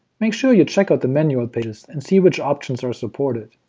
make sure you check out the manual pages and see which options are supported.